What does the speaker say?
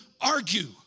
argue